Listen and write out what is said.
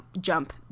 jump